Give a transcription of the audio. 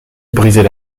brisait